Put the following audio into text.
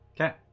Okay